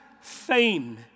fame